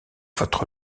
votre